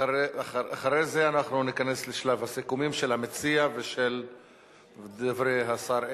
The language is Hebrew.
לאחר מכן אנחנו ניכנס לשלב הסיכומים של המציע ושל דברי השר אדלשטיין.